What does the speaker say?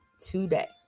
today